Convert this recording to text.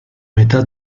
metà